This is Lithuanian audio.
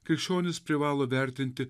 krikščionis privalo vertinti